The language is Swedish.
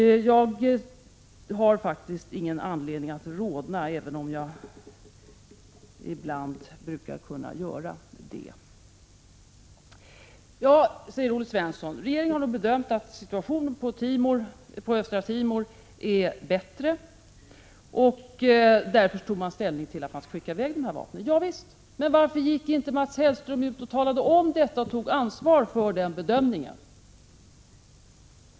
Jag har alltså faktiskt ingen anledning att rodna, även om jag ibland brukar kunna göra det. Olle Svensson säger att regeringen har gjort bedömningen att situationen i Östra Timor förbättrats och att regeringen därför tog ställning för den här vapenexporten. Javisst! Men varför gick inte Mats Hellström ut och talade om detta och tog ansvar för den bedömningen.